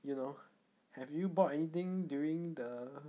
you know have you bought anything during the